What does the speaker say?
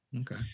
Okay